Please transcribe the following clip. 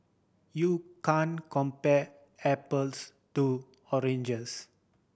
you can compare apples to oranges